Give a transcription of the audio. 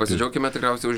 pasidžiaukime tikriausiai už